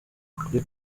kuri